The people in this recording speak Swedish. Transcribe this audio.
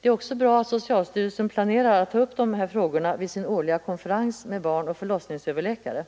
Det är också bra att socialstyrelsen planerar att ta upp dessa frågor vid sin årliga konferens med barnoch förlossningsöverläkare.